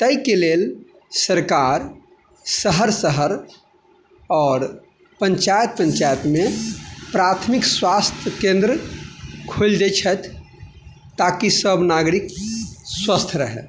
ताहिके सरकार शहर शहर आओर पन्चायत पन्चायतमे प्राथमिक स्वास्थ्य केन्द्र खोलि दै छथि ताकि सभ नागरिक स्वस्थ रहय